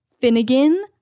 Finnegan